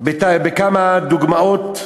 בכמה דוגמאות: